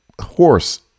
horse